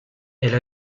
elle